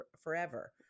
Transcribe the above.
forever